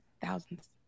thousands